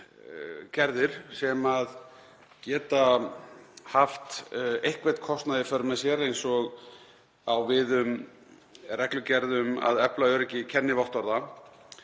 sem geta haft einhvern kostnað í för með sér eins og á við um reglugerð um að efla öryggi kennivottorða.